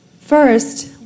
First